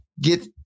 get